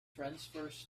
transverse